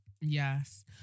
Yes